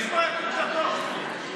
הוא שר המשפטים, ראוי לשמוע את עמדתו.